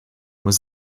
was